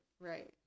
right